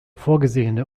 vorgesehene